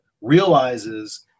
realizes